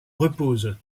reposent